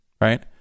right